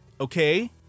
okay